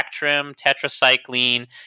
tetracycline